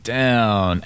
down